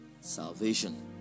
salvation